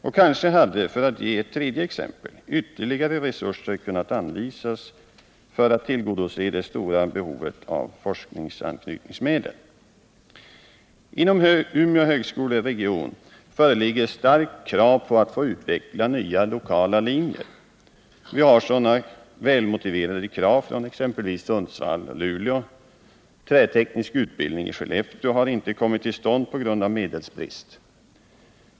För att ge ett tredje exempel skulle kanske ytterligare resurser ha kunnat anvisas för att tillgodose det stora behovet av forskningsanknytningsmedel. Inom Umeå högskoleregion föreligger starka krav på att få utveckla nya lokala linjer. Vi har sådana välmotiverade krav från exempelvis Sundsvall och Luleå. Träteknisk utbildning i Skellefteå har inte kommit till stånd på grund av medelsbrist.